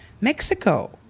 Mexico